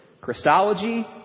Christology